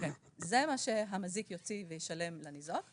זה מה שהמזיק יוציא וישלם לניזוק.